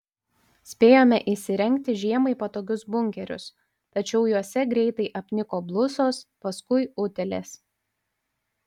spėjome įsirengti žiemai patogius bunkerius tačiau juose greitai apniko blusos paskui utėlės